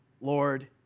Lord